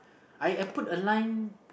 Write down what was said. Iuhput a line